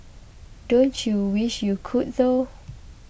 don't you wish you could though